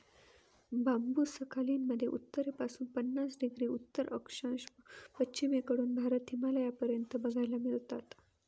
बांबु Sakhalin मध्ये उत्तरेपासून पन्नास डिग्री उत्तर अक्षांश, पश्चिमेकडून भारत, हिमालयापर्यंत बघायला मिळतात